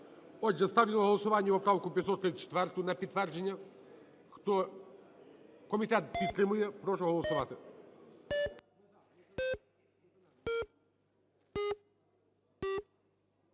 Отже, ставлю на голосування поправку 534 на підтвердження. Комітет підтримує. Прошу голосувати.